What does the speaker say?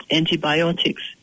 Antibiotics